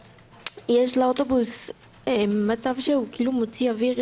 יש לאוטובוס מצב שהוא כאילו מוציא אויר,